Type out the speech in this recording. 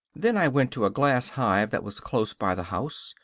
then i went to a glass hive that was close by the house,